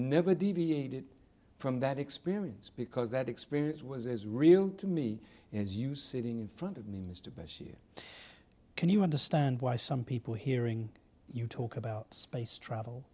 never deviated from that experience because that experience was as real to me as you sitting in front of me mr bashir can you understand why some people hearing you talk about space travel